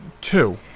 Two